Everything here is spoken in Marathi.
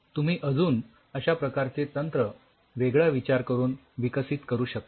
तुम्ही अजून अश्या प्रकारचे तंत्र वेगळा विचार करून विकसित करू शकता